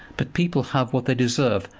but people have what they deserve,